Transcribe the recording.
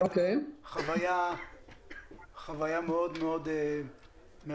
זו הייתה חוויה מאוד מרגשת.